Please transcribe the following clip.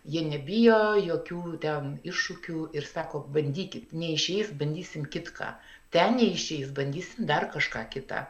jie nebijo jokių ten iššūkių ir sako bandykit neišeis bandysim kitką ten neišeis bandysim dar kažką kitą